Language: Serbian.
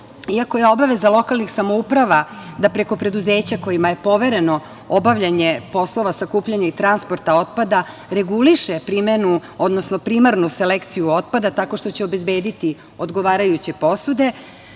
iako je obaveza lokalnih samouprava da preko preduzeća kojima je povereno obavljanje poslova sakupljanja i transporta otpada reguliše primenu, odnosno primarnu selekciju otpada tako što će obezbediti odgovarajuće posude,